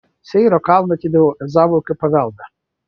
seyro kalną atidaviau ezavui kaip paveldą